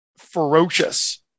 ferocious